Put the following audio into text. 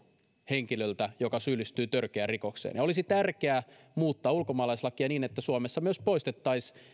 henkilöltä joka syyllistyy törkeään rikokseen ja olisi tärkeää muuttaa ulkomaalaislakia niin että suomessa myös poistettaisiin